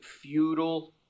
feudal